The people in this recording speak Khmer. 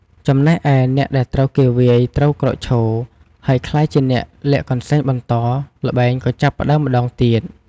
ចំណែកឯ អ្នកដែលត្រូវគេវាយត្រូវក្រោកឈរ ហើយក្លាយជាអ្នកលាក់កន្សែងបន្ត ល្បែងក៏ចាប់ផ្តើមម្តងទៀត។